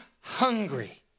hungry